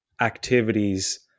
activities